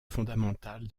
fondamental